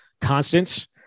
constants